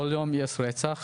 כל יום יש רצח,